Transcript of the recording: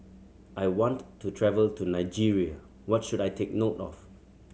I want to travel to Nigeria what should I take note of